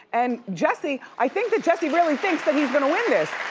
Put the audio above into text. and jussie, i think that jussie really thinks that he's gonna win this.